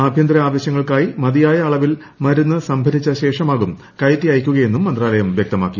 ആഭ്യന്തര ആവശ്യങ്ങൾക്കായി മതിയായ അളവിൽ മരുന്ന് സംഭരിച്ച ശേഷമാകും കയറ്റി അയക്കുകയെന്നും മന്ത്രാലയം വൃക്തമാക്കി